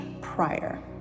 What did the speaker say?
prior